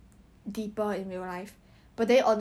really